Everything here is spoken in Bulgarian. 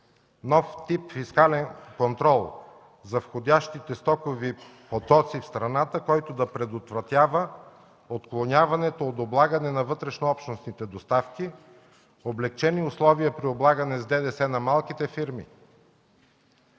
нов тип фискален контрол за входящите стокови потоци в страната, който да предотвратява отклоняването от облагане на вътрешнообщностните доставки, облекчени условия при облагане с ДДС на малките фирми.